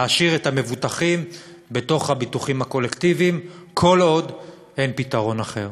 להשאיר את המבוטחים בתוך הביטוחים הקולקטיביים כל עוד אין פתרון אחר.